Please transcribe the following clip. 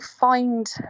find